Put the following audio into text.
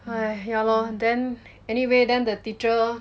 !haiya! yeah lor then anyway then the teacher